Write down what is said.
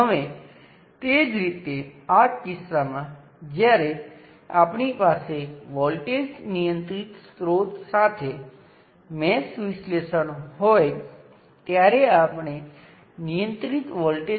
હવે તે એક વોલ્ટેજ સ્ત્રોતની સમકક્ષ છે જેનું મૂલ્ય વ્યક્તિગત મૂલ્યોનો સરવાળો છે